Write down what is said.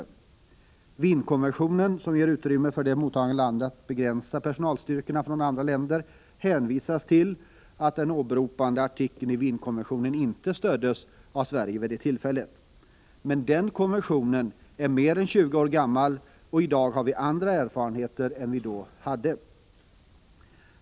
Beträffande Wienkonventionen, som ger utrymme för det mottagande landet att begränsa personalstyrkorna från andra länder, påpekas att den i motionen åberopade artikeln i Wienkonventionen inte stöddes av Sverige vid det tillfälle då konventionen antogs. Men denna konvention är mer än 20 år gammal, och i dag har vi andra erfarenheter än vad vi hade då.